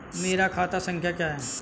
मेरा खाता संख्या क्या है?